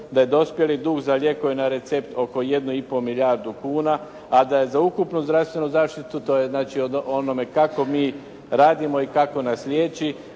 da je dospjeli dug za lijekove na recept oko 1,5 milijardu kuna, a da je za ukupnu zdravstvenu zaštitu to je znači o onome kako mi radimo i kako nas liječi